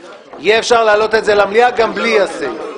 אפשר להעלות את זה למליאה גם בלי הסעיף.